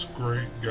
great